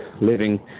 living